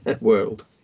world